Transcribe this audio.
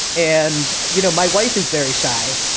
and, you know, my wife is very shy.